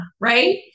right